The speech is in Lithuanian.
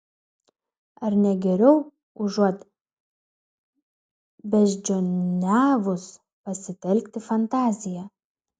ar ne geriau užuot beždžioniavus pasitelkti fantaziją